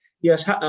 Yes